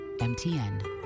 MTN